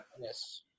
Yes